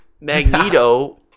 Magneto